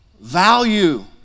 value